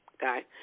guy